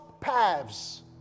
paths